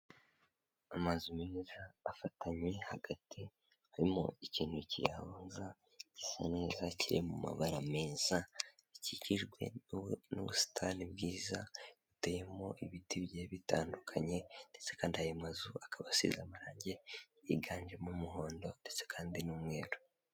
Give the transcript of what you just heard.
Amazu meza afatanye, hagati harimo ikintu kiyahuza, gisa neza kiri mu mabara meza, gikikijwe n'ubusitani bwiza, buteyemo ibiti bigiye bitandukanye ndetse kandi ayo mazu akaba asize amarangi yiganjemo umuhondo ndetse kandi n'umweru.